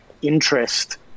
interest